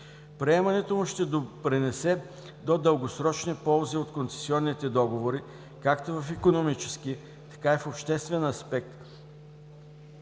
Приемането му ще допринесе до дългосрочни ползи от концесионните договори както в икономически, така и в обществен аспект,